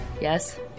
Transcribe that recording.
Yes